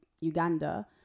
Uganda